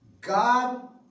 god